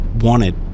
wanted